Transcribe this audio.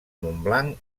montblanc